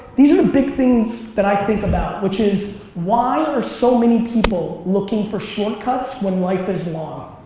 these are the big things that i think about. which is, why are so many people looking for shortcuts when life is long?